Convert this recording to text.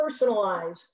personalize